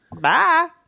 Bye